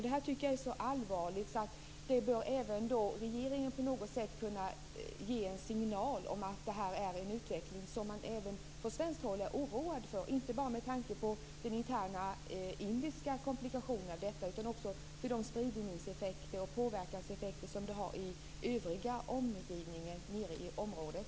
Det här tycker jag är så allvarligt att även regeringen på något sätt bör kunna ge en signal om att det är en utveckling som man från svensk sida är oroad av. Det är viktigt inte bara med tanke på den interna indiska komplikationen utan också med tanke på de spridningseffekter och påverkanseffekter som det har i området i övrigt.